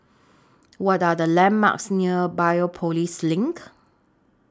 What Are The landmarks near Biopolis LINK